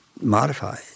modify